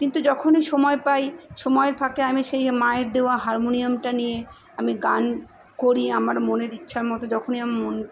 কিন্তু যখনই সময় পাই সময়ের ফাঁকে আমি সেই মায়ের দেওয়া হারমোনিয়ামটা নিয়ে আমি গান করি আমার মনের ইচ্ছামতো যখনই আম মন